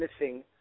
missing